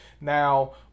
Now